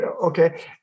okay